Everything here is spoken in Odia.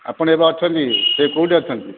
ଆପଣ ଏବେ ଅଛନ୍ତି ସେ କେଉଁଠି ଅଛନ୍ତି